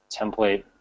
template